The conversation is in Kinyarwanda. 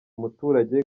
muturage